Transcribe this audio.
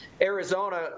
Arizona